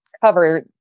cover